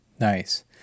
Nice